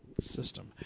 system